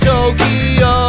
Tokyo